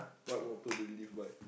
what motto do you live by